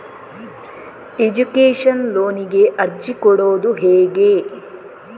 Education ಲೋನಿಗೆ ಅರ್ಜಿ ಕೊಡೂದು ಹೇಗೆ?